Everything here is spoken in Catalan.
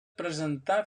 presentar